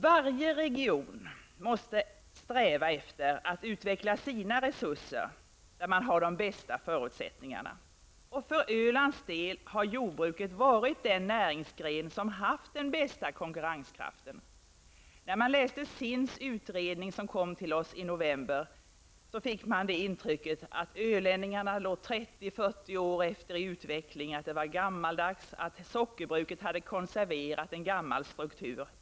Varje region måste sträva efter att utveckla sina resurser där man har de bästa förutsättningarna. För Ölands del har jordbruket varit den näringsgren som haft den bästa konkurrenskraften. När man läste SINDs utredning, som kom till oss i november, fick man intrycket att ölänningarna låg 30-40 år efter i utvecklingen, att sockerbruket var gammaldags och att det hade konserverat en gammal struktur.